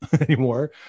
anymore